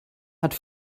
hat